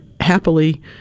happily